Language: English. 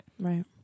Right